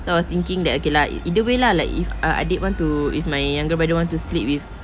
so I was thinking that okay lah either way lah like if uh adik want to if my younger want to sleep with